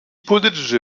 politische